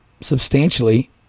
substantially